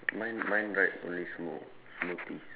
mine mine write only smoo~ smoothies